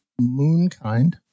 Moonkind